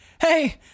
hey